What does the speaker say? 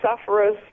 sufferer's